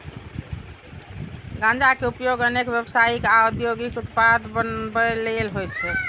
गांजा के उपयोग अनेक व्यावसायिक आ औद्योगिक उत्पाद बनबै लेल होइ छै